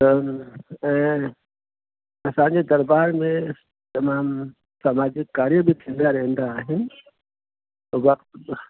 त ऐं असांजे दरबार में तमामु समाजिक कार्य बि थींदा रहंदा आहिनि त व